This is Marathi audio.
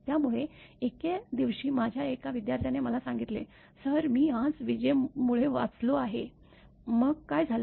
त्यामुळे एके दिवशी माझ्या एका विद्यार्थीने मला सांगितले सर मी आज विजेमुळे वाचलो आहे मग काय झालं